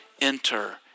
enter